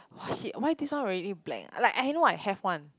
oh shit why this one really blank like I have no I have one